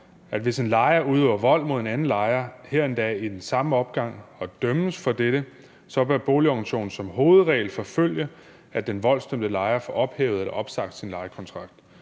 hvis en lejer udøver vold mod en anden lejer, her endda i den samme opgang, og dømmes for dette, så bør boligorganisationen som hovedregel forfølge, at den voldsdømte lejer får ophævet eller opsagt sin lejekontrakt.